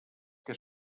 que